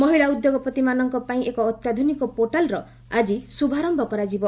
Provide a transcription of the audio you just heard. ମହିଳା ଉଦ୍ୟୋଗପତିମାନଙ୍କ ପାଇଁ ଏକ ଅତ୍ୟାଧୁନିକ ପୋର୍ଟାଲ୍ର ଆଜି ଶୁଭାରମ୍ଭ କରାଯିବ